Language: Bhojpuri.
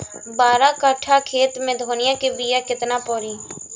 बारह कट्ठाखेत में धनिया के बीया केतना परी?